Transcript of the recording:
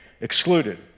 excluded